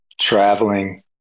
traveling